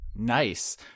Nice